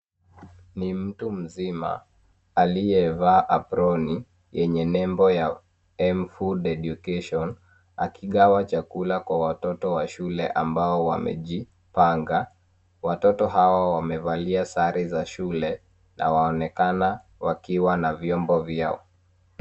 Ni mtu mzima aliyevaa aproni yenye nembo ya M-food education akigawa chakula kwa watoto wa shule ambao wamejipanga. Watoto hawa wamevalia sare za shule na waonekana wakiwa na vyombo vyao.